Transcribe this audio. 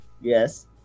Yes